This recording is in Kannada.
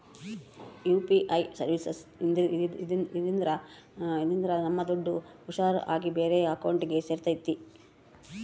ಯು.ಪಿ.ಐ ಸರ್ವೀಸಸ್ ಇದ್ರಿಂದ ನಮ್ ದುಡ್ಡು ಹುಷಾರ್ ಆಗಿ ಬೇರೆ ಅಕೌಂಟ್ಗೆ ಸೇರ್ತೈತಿ